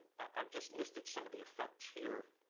i've just listed some of the effects here.